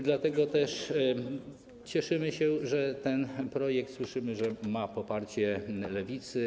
Dlatego też cieszymy się, że ten projekt, jak słyszymy, ma poparcie Lewicy.